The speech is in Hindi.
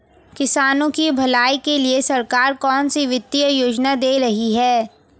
किसानों की भलाई के लिए सरकार कौनसी वित्तीय योजना दे रही है?